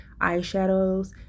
eyeshadows